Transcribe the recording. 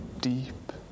deep